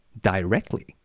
directly